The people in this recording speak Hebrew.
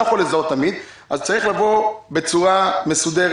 יכול תמיד לזהות אז צריך לבוא בצורה מסודרת,